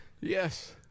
Yes